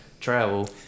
travel